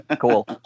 cool